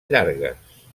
llargues